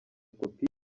kopi